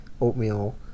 oatmeal